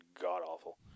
god-awful